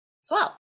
swell